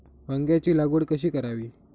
वांग्यांची लागवड कशी करावी?